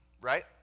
right